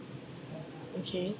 okay